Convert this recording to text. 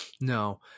no